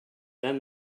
then